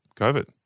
COVID